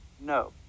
No